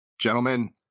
Gentlemen